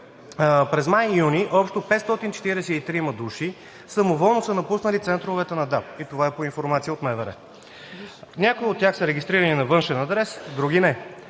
През май и юни общо 543 души самоволно са напуснали центровете на ДАБ – това е по информация от МВР. Някои от тях са регистрирани на външен адрес, други не.